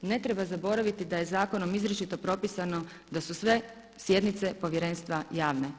Ne treba zaboraviti da je zakonom izričito propisano da su sve sjednice Povjerenstva javne.